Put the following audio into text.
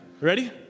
ready